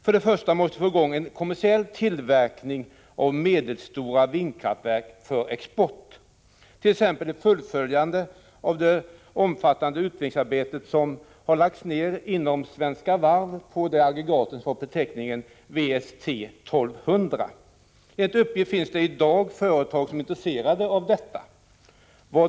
För det första måste vi få i gång en kommersiell tillverkning av medelstora vindkraftverk för export. Jag avser dåt.ex. ett fullföljande av det omfattande arbete inom Svenska Varv som lagts ned på utvecklingen av det aggregat som har beteckningen WST 1200. Enligt uppgift finns det i dag företag som är intresserade av detta aggregat.